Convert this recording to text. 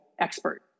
expert